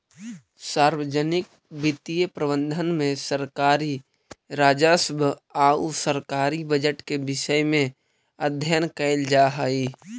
सार्वजनिक वित्तीय प्रबंधन में सरकारी राजस्व आउ सरकारी बजट के विषय में अध्ययन कैल जा हइ